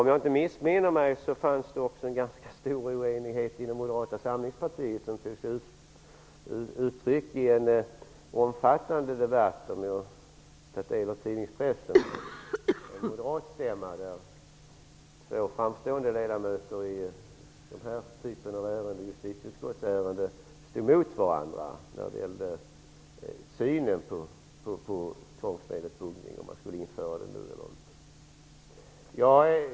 Om jag inte missminner mig, fanns det också en ganska stor oenighet inom Moderata samlingspartiet, som tog sig uttryck i en omfattande debatt, som jag har tagit del av i pressen. På en moderatstämma stod två ledamöter som är framstående i den här typen av justitieutskottsärenden mot varandra när det gällde synen på tvångsmedlet buggning, om det skulle införas.